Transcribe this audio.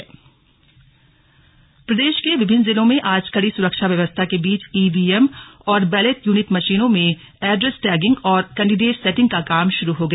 tagging प्रक्रिया प्रदेश के विभिन्न जिलों में आज कड़ी सुरक्षा व्यवस्था के बीच ईवीएम और बैलेट यूनिट मशीनों में एड्रेस टैगिंग और कडिडेट सेटिंग का काम शुरू हो गया